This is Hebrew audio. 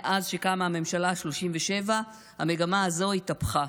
מאז שקמה הממשלה השלושים-ושבע המגמה הזו התהפכה.